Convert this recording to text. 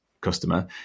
customer